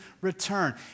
return